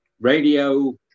radio